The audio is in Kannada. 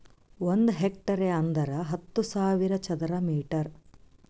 ಒಂದ್ ಹೆಕ್ಟೇರ್ ಅಂದರ ಹತ್ತು ಸಾವಿರ ಚದರ ಮೀಟರ್